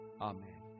Amen